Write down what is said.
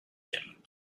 him